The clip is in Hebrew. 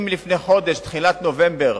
אם לפני חודש, תחילת נובמבר,